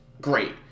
great